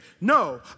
No